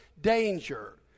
danger